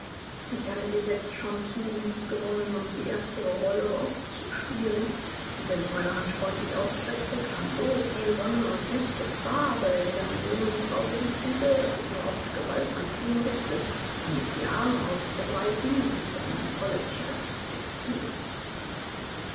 ich hatte dich jetzt schon zu lieb gewonnen um die erstere rolle oft zu spielen und wenn ich meine hand freundlich ausstreckte kam so viel wonne und licht und farbe in deine jungen traurigen züge daß ich mir oft gewalt anthun mußte um nicht die arme auszubreiten und dich an mein volles herz zu ziehen